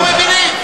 לא, הם לא מבינים.